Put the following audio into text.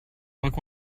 look